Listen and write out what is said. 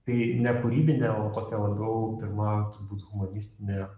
tai ne kūrybinė o tokia labiau pirma turbūt humanistinė